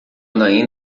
marrom